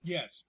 Yes